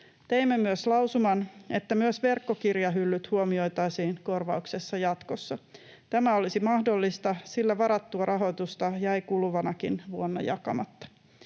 Teimme myös lausuman, että myös verkkokirjahyllyt huomioitaisiin korvauksessa jatkossa. Tämä olisi mahdollista, sillä varattua rahoitusta jäi kuluvanakin vuonna jakamatta.